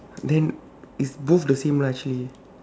then is both the same lah actually